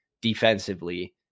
defensively